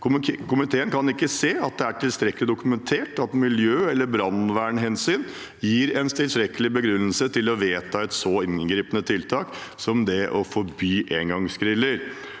Komiteen kan ikke se at det er tilstrekkelig dokumentert at miljø- eller brannvernhensyn gir en tilstrekkelig begrunnelse til å vedta et så inngripende tiltak som det å forby engangsgriller.